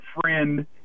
friend